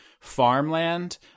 farmland